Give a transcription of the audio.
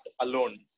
alone